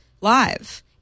live